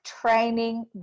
training